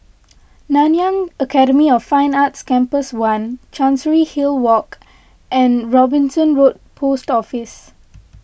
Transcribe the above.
Nanyang Academy of Fine Arts Campus one Chancery Hill Walk and Robinson Road Post Office